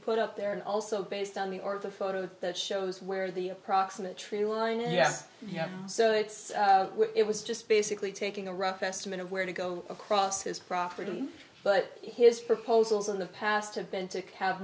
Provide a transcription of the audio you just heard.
put up there and also based on the order the photo that shows where the approximate true line and yeah yeah so it's it was just basically taking a rough estimate of where to go across his property but his proposals in the past have been to calve